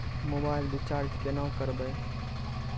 Mobile recharge केना करबै?